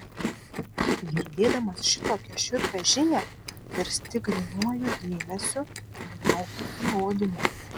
girdėdamas šitokią šiurpią žinią virsti grynuoju dėmesiu ir lauki įrodymų